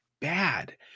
bad